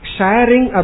Sharing